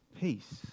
peace